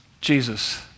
Jesus